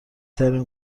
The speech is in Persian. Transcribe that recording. ترین